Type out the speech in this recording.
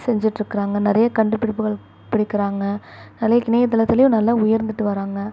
செஞ்சிகிட்ருக்குறாங்க நிறைய கண்டுபிடிப்புகள் பிடிக்கிறாங்கள் இணையத்தளத்திலையும் நல்லா உயர்ந்துகிட்டு வராங்கள்